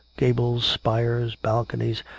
gables, spires, balconies,